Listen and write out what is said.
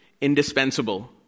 indispensable